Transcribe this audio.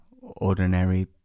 ordinary